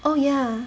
oh ya